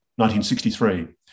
1963